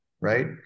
right